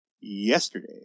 yesterday